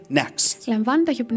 next